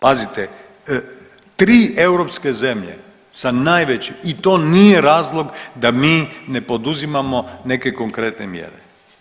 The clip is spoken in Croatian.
Pazite tri europske zemlje sa najvećim i to nije razlog da mi ne poduzimamo neke konkretne mjere.